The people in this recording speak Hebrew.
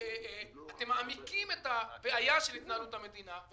אתם מעמיקים את הבעיה של התנהלות המדינה.